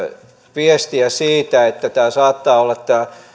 viestiä myöskin siitä että tämä